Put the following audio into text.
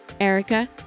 Erica